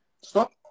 Stop